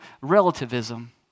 relativism